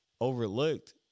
overlooked